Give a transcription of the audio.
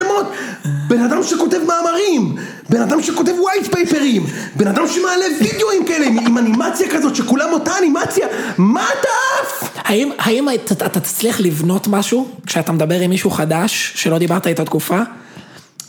בן אדם שכותב מאמרים, בן אדם שכותב ווייטפייפרים, בן אדם שמעלה וידאואים כאלה, עם אנימציה כזאת שכולם אותה אנימציה, מה אתה עף? האם אתה תצליח לבנות משהו כשאתה מדבר עם מישהו חדש שלא דיברת איתו תקופה?